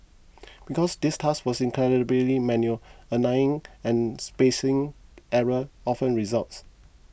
because this task was incredibly manual align and spacing error often resulted